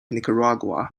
nicaragua